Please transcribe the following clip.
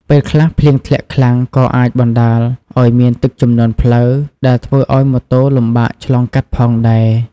ពេលខ្លះ ភ្លៀងធ្លាក់ខ្លាំងក៏អាចបណ្ដាលឱ្យមានទឹកជំនន់ផ្លូវ ដែលធ្វើឱ្យម៉ូតូលំបាកឆ្លងកាត់ផងដែរ។